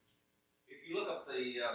if you look up the